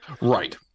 Right